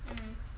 mm